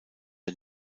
der